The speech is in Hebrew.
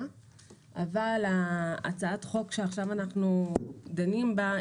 אבל הצעת החוק שעכשיו אנחנו דנים בה,